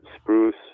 spruce